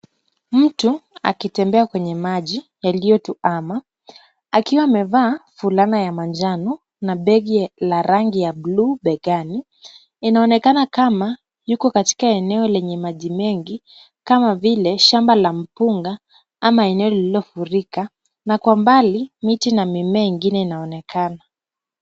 Mtu, akitembea kwenye maji, yaliyotuama, akiwa amevaa fulana ya manjano, na begi la rangi ya bluu begani. Inaonekana kama yuko katika eneo lenye maji mengi, kama vile shamba la mpunga ama eneo lililofurika na kwa mbali miti na mimea ingine inaonekana.